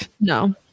No